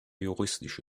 juristische